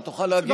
אתה תוכל להגיב,